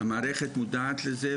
המערכת מודעת לזה,